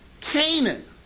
Canaan